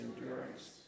endurance